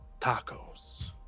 Tacos